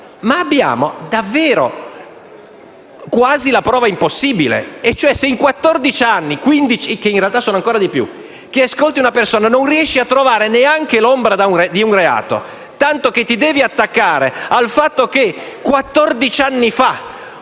ma abbiamo davvero quasi la prova impossibile. Cioè, se in quattordici o quindici anni, che in realtà sono ancora di più, di indagini su una persona non riesci a trovare neanche l'ombra di un reato, tanto che ti devi attaccare al fatto che quattordici anni fa